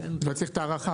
אז לא צריך את ההארכה,